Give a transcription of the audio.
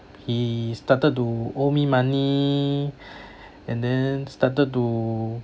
he started to owe me money and then started to